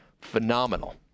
phenomenal